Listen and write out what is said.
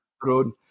Grown